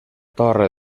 torre